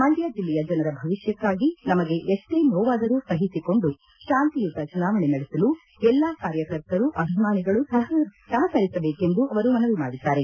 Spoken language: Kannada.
ಮಂಡ್ಯ ಜಿಲ್ಲೆಯ ಜನರ ಭವಿಷ್ಣಕ್ಕಾಗಿ ನಮಗೆ ಎಷ್ಟೇ ನೋವಾದರೂ ಸಹಿಸಿಕೊಂಡು ಶಾಂತಿಯುತ ಚುನಾವಣೆ ನಡೆಸಲು ಎಲ್ಲಾ ಕಾರ್ಯಕರ್ತರು ಅಭಿಮಾನಿಗಳು ಸಹಕರಿಸಬೇಕೆಂದು ಅವರು ಮನವಿ ಮಾಡಿದ್ದಾರೆ